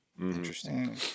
Interesting